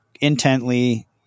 intently